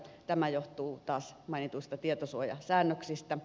tämä johtuu taas mainituista tietosuojasäännöksistä